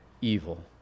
evil